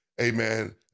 Amen